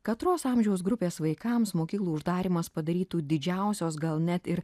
katros amžiaus grupės vaikams mokyklų uždarymas padarytų didžiausios gal net ir